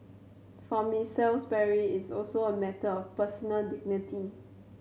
for Miss Salisbury it's also a matter of personal dignity